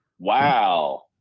Wow